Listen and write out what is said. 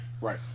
Right